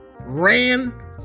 ran